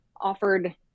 offered